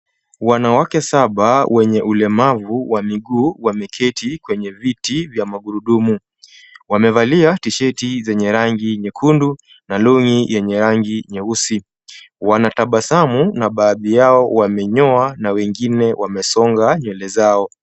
Wanawake saba wenye ulemavu wa miguu wameketi kwenye viti vya magurudumu. Wamevalia mashati zenye rangi nyekundu na [c]longi[c] yenye rangi nyeusi. Wanatabasamu na baadhi yao wamenyoa na wengine wamesonga nywele zao.